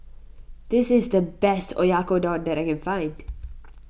this is the best Oyakodon that I can find